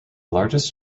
largest